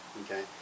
okay